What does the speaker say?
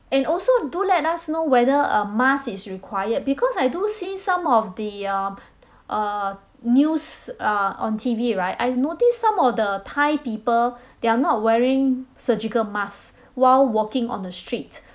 and also do let us know whether a mask is required because I do see some of the um uh news err on T_V right I noticed some of the thai people they are not wearing surgical masks while walking on the street